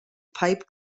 pipe